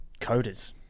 coders